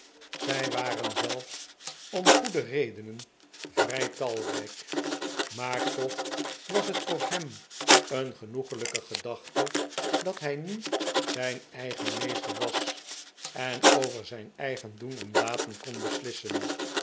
zij waren zelfs om goede redenen vrij talrijk maar toch was het voor hem een genoeglijke gedachte dat hij nu zijn eigen meester was en over zijn eigen doen en laten kon beslissen